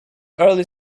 early